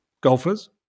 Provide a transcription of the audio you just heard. golfers